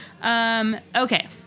Okay